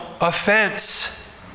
offense